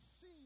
see